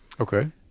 Okay